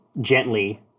gently